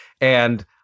And-